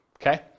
Okay